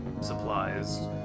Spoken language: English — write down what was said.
supplies